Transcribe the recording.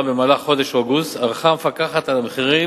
בחודש אוגוסט ערכה המפקחת על המחירים,